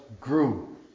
grew